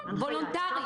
וולונטרית.